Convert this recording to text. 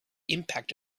impact